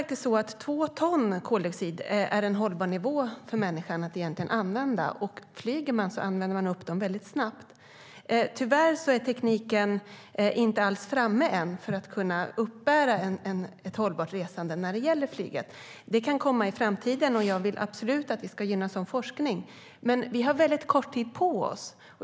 Två ton koldioxid är egentligen en hållbar nivå för människan att använda. Om man flyger använder man upp dem väldigt snabbt. Tyvärr är tekniken inte alls framme än för att kunna uppbära ett hållbart resande när det gäller flyget. Det kan komma i framtiden, och jag vill absolut att vi ska gynna sådan forskning. Men vi har kort tid på oss.